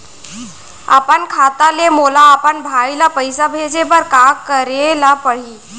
अपन खाता ले मोला अपन भाई ल पइसा भेजे बर का करे ल परही?